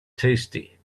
tasty